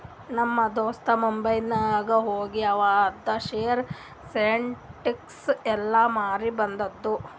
ನಮ್ ದೋಸ್ತ ಮುಂಬೈನಾಗ್ ಹೋಗಿ ಆವಂದ್ ಶೇರ್, ಸ್ಟಾಕ್ಸ್ ಎಲ್ಲಾ ಮಾರಿ ಬಂದುನ್